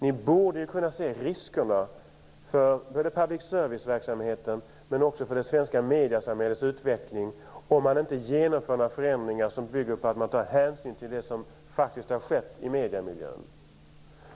Ni borde ju kunna se riskerna för både public service-verksamheten och för det svenska mediesamhällets utveckling om man inte genomför några förändringar som bygger på att man tar hänsyn till det som faktiskt har skett i mediemiljön.